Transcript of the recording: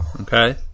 Okay